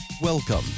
Welcome